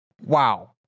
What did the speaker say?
wow